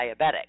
diabetic